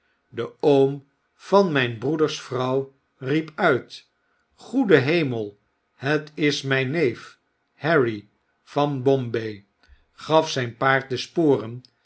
de oom van myn broeders vrouw riep uit goede hemel het is myn neef harry van bombay gaf zyn paard de sporen